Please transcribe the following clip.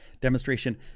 demonstration